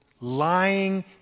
lying